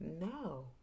No